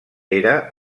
era